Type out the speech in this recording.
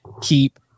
keep